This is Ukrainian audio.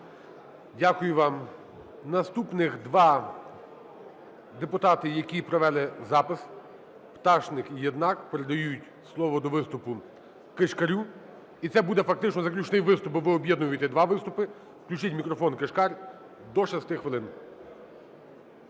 Дякую вам. Наступних два депутати, які провели запис, Пташник і Єднак, передають слово до виступу Кишкарю. І це буде фактично заключний виступ, бо ви об'єднуєте два виступи. Включіть мікрофон, Кишкар, до 6 хвилин.